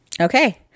okay